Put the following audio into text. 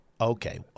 Okay